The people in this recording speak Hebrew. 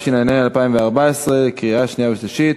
התשע"ה 2014, קריאה שנייה ושלישית.